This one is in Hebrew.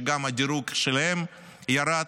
שגם הדירוג שלהם ירד.